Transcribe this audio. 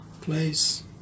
place